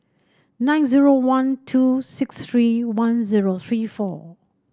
nine zero one two six three one zero three four